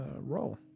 role